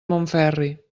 montferri